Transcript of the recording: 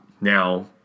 Now